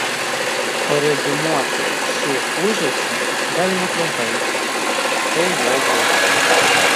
o reziumuoti šį ūžesį galima trumpai tai jau buvo